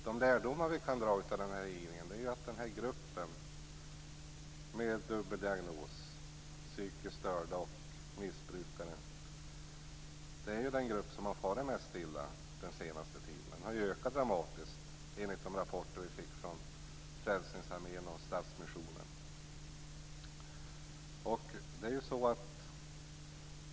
De lärdomar som vi kan dra av hearingen är att personer som har dubbel diagnos - psykiskt störda och missbrukare - är den grupp som har farit mest illa under den senaste tiden. Den har enligt de rapporter som vi fått från Frälsningsarmén och Stadsmissionen också ökat dramatiskt.